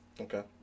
Okay